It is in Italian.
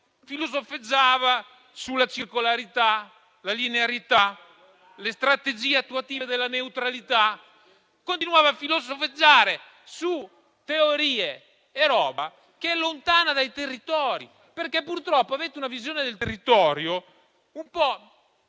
filosofeggiava sulla circolarità, la linearità e le strategie attuative della neutralità. Continuava a filosofeggiare su teorie lontane dai territori, perché, purtroppo, voi avete una visione del territorio, spiace dirlo,